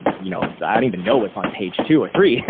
you know, i don't even know it's on page two or three.